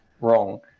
wrong